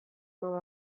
mapa